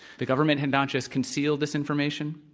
the government had not just concealed this information,